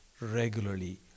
regularly